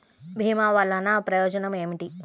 భీమ వల్లన ప్రయోజనం ఏమిటి?